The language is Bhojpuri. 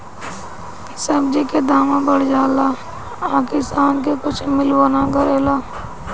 सब्जी के दामो बढ़ जाला आ किसान के कुछ मिलबो ना करेला